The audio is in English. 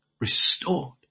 restored